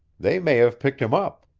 they may have picked him up.